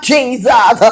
Jesus